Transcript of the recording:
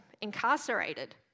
incarcerated